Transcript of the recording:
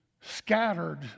scattered